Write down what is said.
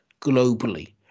globally